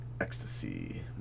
ecstasy